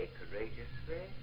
courageously